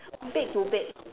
bed to bed